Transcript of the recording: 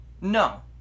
No